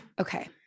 Okay